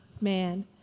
man